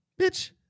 Bitch